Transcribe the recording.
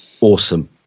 Awesome